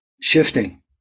shifting